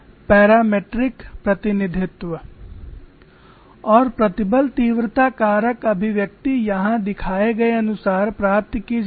parametric प्रतिनिधित्व और प्रतिबल तीव्रता कारक अभिव्यक्ति यहां दिखाए गए अनुसार प्राप्त की जाती है